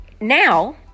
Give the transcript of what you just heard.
Now